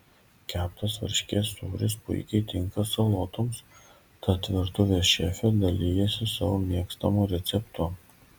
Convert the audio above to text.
keptas varškės sūris puikiai tinka salotoms tad virtuvės šefė dalijasi savo mėgstamu receptu